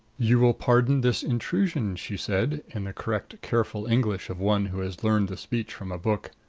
you will pardon this intrusion, she said in the correct careful english of one who has learned the speech from a book.